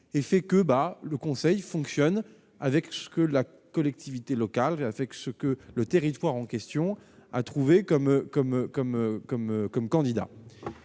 fait que bah le Conseil fonctionne avec ce que la collectivité locale, avec ce que le territoire en question a trouvé comme comme